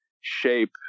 shape